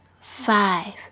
five